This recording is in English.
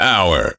Hour